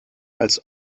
als